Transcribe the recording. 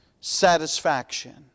satisfaction